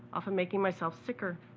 often making myself sicker.